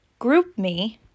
GroupMe